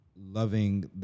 loving